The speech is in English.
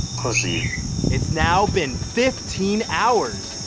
pussy its now been fifteen hours,